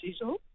usual